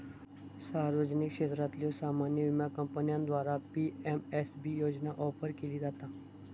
सार्वजनिक क्षेत्रातल्यो सामान्य विमा कंपन्यांद्वारा पी.एम.एस.बी योजना ऑफर केली जाता